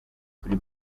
kuri